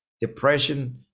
depression